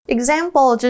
Example